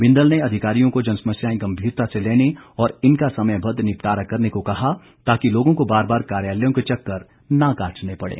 बिंदल ने अधिकारियों को जनसमस्याएं गंभीरता से लेने और इनका समयबद्ध निपटारा करने को कहा ताकि लोगों को बार बार कार्यालयों के चक्कर न काटने पड़ें